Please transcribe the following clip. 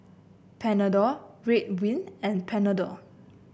Panadol Ridwind and Panadol